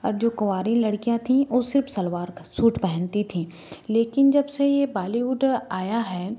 और जो कुंवारी लड़कियाँ थीं ओ सिर्फ सलवार का सूट पहनती थीं लेकिन जब से ये बालीवुड आया है